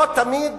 לא תמיד